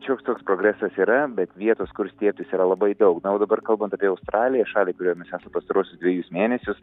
šioks toks progresas yra bet vietos kur stiebtis yra labai daug na o dabar kalbant apie australiją šalį kurioje mes esam pastaruosius dvejus mėnesius